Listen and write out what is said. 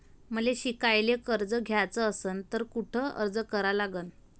मले शिकायले कर्ज घ्याच असन तर कुठ अर्ज करा लागन?